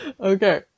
Okay